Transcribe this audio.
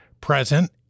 present